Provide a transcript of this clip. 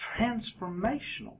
transformational